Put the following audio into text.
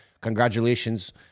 congratulations